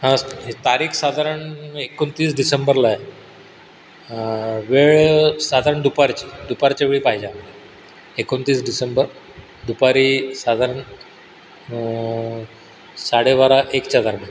असं तारीख साधारण एकोणतीस डिसेंबरला आहे वेळ साधारण दुपारची दुपारच्या वेळी पाहिजे आम्हाला एकोणतीस डिसेंबर दुपारी साधारण साडे बारा एकच्या दरम्यान